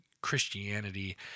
Christianity